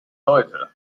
heute